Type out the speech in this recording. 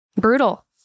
brutal